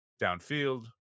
downfield